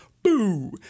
Boo